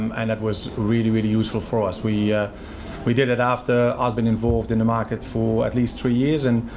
and it was really really useful for us. we we did it after i'd been involved in the market for at least three years and